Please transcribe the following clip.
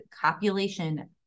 copulation